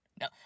No